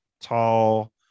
tall